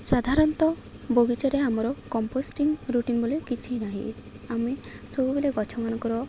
ସାଧାରଣତଃ ବଗିଚାରେ ଆମର କମ୍ପୋଷ୍ଟିଂ ରୁଟିନ୍ ବୋଲି କିଛି ନାହିଁ ଆମେ ସବୁବେଳେ ଗଛମାନଙ୍କର